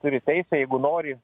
turi teisę jeigu nori